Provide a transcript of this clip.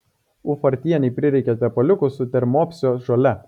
ufartienei prireikė tepaliukų su termopsio žole